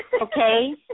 Okay